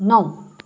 नौ